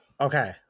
Okay